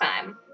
time